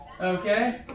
Okay